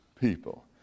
people